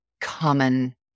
common